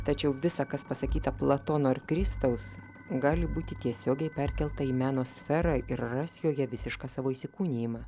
tačiau visa kas pasakyta platono ar kristaus gali būti tiesiogiai perkelta į meno sferą ir ras joje visišką savo įsikūnijimą